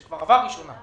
שכבר עבר קריאה ראשונה,